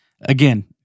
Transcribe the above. again